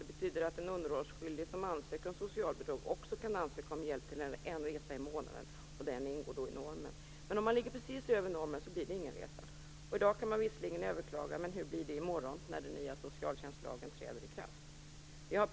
Det betyder att en underhållsskyldig som ansöker om socialbidrag också kan ansöka om hjälp till en resa i månaden, och den ingår då i normen. Men för den som ligger precis över normen blir det ingen resa. I dag går det visserligen att överklaga, men hur blir det i morgon, när den nya socialtjänstlagen träder i kraft?